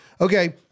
Okay